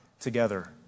together